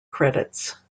credits